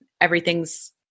everything's